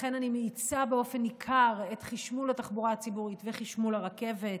לכן אני מאיצה באופן ניכר את חשמול התחבורה הציבורית וחשמול הרכבת,